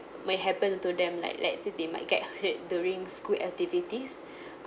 might happen to them like let say they might get hurt during school activities